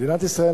מדינת ישראל,